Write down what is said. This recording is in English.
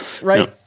Right